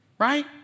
Right